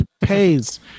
pays